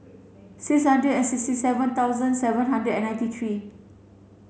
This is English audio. six hundred and sixty seven thousand seven hundred and ninety three